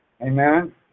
Amen